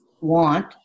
want